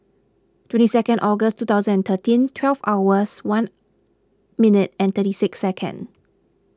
twenty second August two thousand and thirteen twelve hours one minute and thirty six second